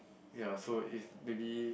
ya so if maybe